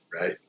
right